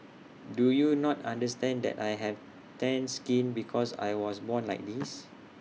do you not understand that I have tanned skin because I was born like this